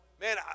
Man